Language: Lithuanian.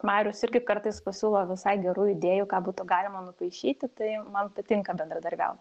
marius irgi kartais pasiūlo visai gerų idėjų ką būtų galima nupaišyti tai man patinka bendradarbiauti